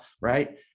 right